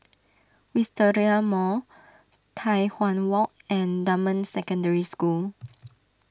Wisteria Mall Tai Hwan Walk and Dunman Secondary School